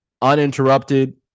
Uninterrupted